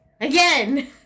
Again